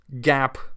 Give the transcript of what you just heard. gap